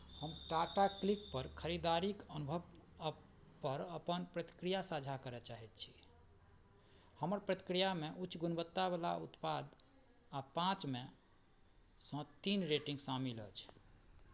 हम टाटा क्लिकपर खरीदारीक अनुभव अपपर अपन प्रतिक्रिया साझा करय चाहैत छी हमर प्रतिक्रियामे उच्च गुणवत्तावला उत्पाद आओर पाँचमे सँ तीन रेटिंग शामिल अछि